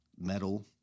metal